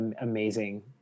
amazing